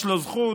יש לו זכות